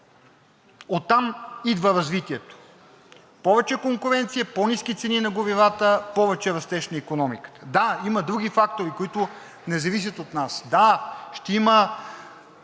Оттам идва развитието – повече конкуренция, по-ниски цени на горивата, повече растеж на икономиката. Да, има други фактори, които не зависят от нас. Да, ще има